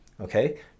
okay